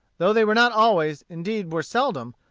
though they were not always, indeed were seldom,